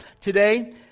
today